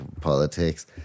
politics